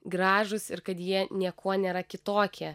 gražūs ir kad jie niekuo nėra kitokie